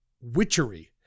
witchery